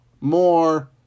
more